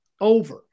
Over